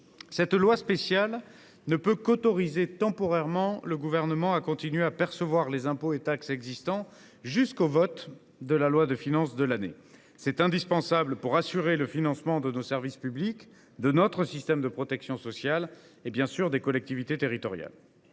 Cette loi spéciale ne peut qu’autoriser temporairement le Gouvernement à continuer à percevoir les impôts et taxes existants jusqu’au vote de la loi de finances de l’année. C’est indispensable pour assurer le financement de nos services publics, de notre système de protection sociale et, bien sûr, des collectivités territoriales.